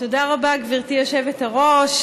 תודה רבה, גברתי היושבת-ראש.